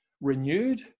renewed